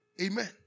Amen